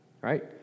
right